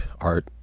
art